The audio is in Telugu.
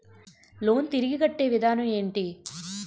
లోన్ తిరిగి కట్టే విధానం ఎంటి?